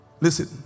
Listen